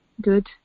good